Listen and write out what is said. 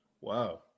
Wow